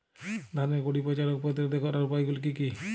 ধানের গুড়ি পচা রোগ প্রতিরোধ করার উপায়গুলি কি কি?